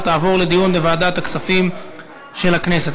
ותועבר לדיון בוועדת הכספים של הכנסת.